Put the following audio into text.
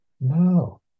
No